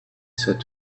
said